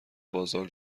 بازار